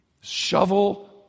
shovel